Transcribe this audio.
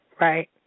right